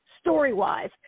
story-wise